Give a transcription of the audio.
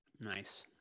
Nice